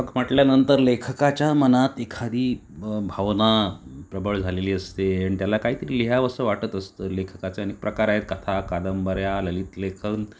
लेखक म्हटल्यानंतर लेखकाच्या मनात एखादी ब भावना प्रबळ झालेली असते आणि त्याला काहीतरी लिहावंसं वाटत असतं लेखकाचे आणि प्रकार आहेत कथा कादंबऱ्या ललित लेखन